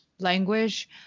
Language